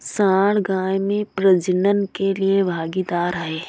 सांड गाय में प्रजनन के लिए भागीदार है